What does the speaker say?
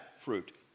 fruit